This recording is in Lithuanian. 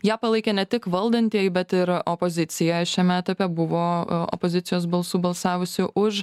ją palaikė ne tik valdantieji bet ir opozicija šiame etape buvo opozicijos balsų balsavusių už